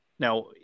Now